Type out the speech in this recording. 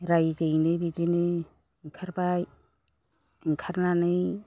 राइजोयैनो बिदिनो ओंखारबाय ओंखारनानै